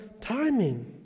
timing